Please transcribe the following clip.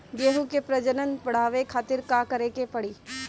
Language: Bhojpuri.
गेहूं के प्रजनन बढ़ावे खातिर का करे के पड़ी?